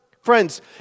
Friends